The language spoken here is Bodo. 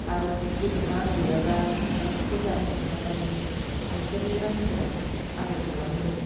आरो जेन'बा आं गैयाब्ला आलासिफोर जानो थांब्ला माने न'खरनि मानसिफोरा आबोर खालामो